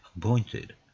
pointed